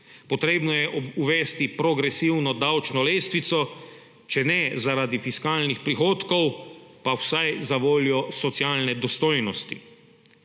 Potrebno je uvesti progresivno davčno lestvico, če ne zaradi fiskalnih prihodkov, pa vsaj zavoljo socialne dostojnosti.